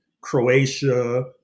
Croatia